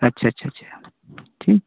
अच्छा अच्छा अच्छा ठीक